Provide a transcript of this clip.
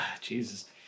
Jesus